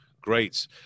Great